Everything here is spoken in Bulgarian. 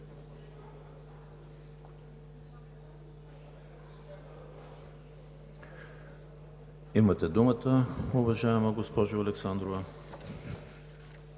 Имате думата, уважаема госпожо Александрова.